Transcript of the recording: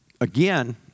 again